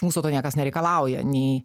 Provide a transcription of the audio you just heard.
mūsų to niekas nereikalauja nei